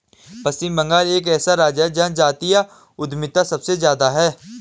पश्चिम बंगाल एक ऐसा राज्य है जहां जातीय उद्यमिता सबसे ज्यादा हैं